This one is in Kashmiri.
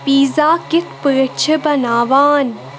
پیٖزا کِتھ پٲٹھۍ چھِ بناوان ؟